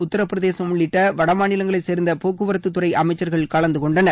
உத்தரபிரதேசம் உள்ளிட்ட வடமாநிலங்களை சேர்ந்த போக்குவரத்து துறை அமைச்சர்கள் கலந்து கொண்டனர்